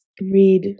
read